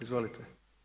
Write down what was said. Izvolite.